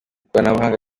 ikoranabuhanga